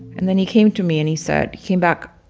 and then he came to me and he said he came back.